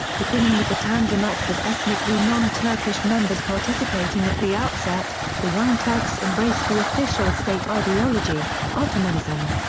beginning with the tanzimat with ethnically non-turkish members participating at the outset, the young turks embraced the official state ideology ottomanism.